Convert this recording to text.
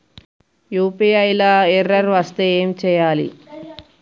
UPI లా error వస్తే ఏం చేయాలి?